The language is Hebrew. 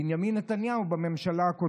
מליאת הכנסת להסיר מסדר-היום את הצעת החוק